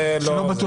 זה לא.